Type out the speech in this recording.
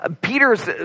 Peter's